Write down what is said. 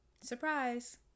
Surprise